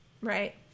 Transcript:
Right